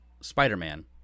Spider-Man